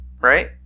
right